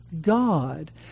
God